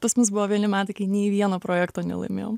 pas mus buvo vieni metai kai nei vieno projekto nelaimėjom